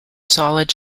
solid